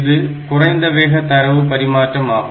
இது குறைந்த வேக தரவு பரிமாற்றம் ஆகும்